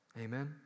Amen